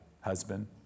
husband